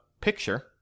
picture